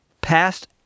past